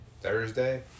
Thursday